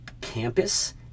campus